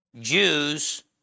Jews